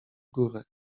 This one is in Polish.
górę